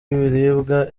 ibiribwa